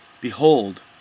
Behold